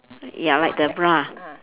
ya like the bra